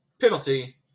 penalty